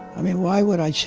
i mean, why would i change,